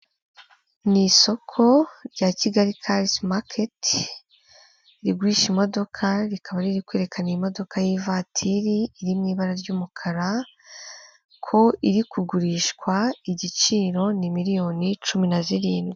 Mu isoko rya Kigali karizi maketi, rigurisha imodoka rikaba riri kwerekana imodoka y'ivatiri, iri mu ibara ry'umukara, ko iri kugurishwa, igiciro ni miliyoni cumi na zirindwi.